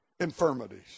Infirmities